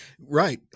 Right